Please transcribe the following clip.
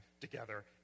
together